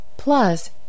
Plus